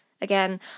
Again